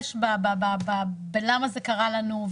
להתבחבש בלמה זה קרה לנו,